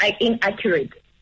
inaccurate